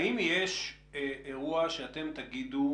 האם יש אירוע שאתם תגידו: